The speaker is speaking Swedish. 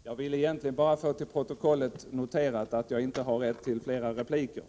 Herr talman! Jag vill egentligen bara få till protokollet noterat att jag inte har rätt till fler repliker.